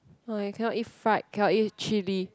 !wah! you cannot eat fried cannot eat chilli